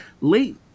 late